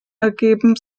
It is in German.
ergeben